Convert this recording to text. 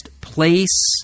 place